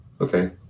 Okay